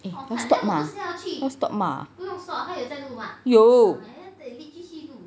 要 stop 吗要 stop 吗有